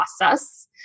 process